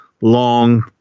long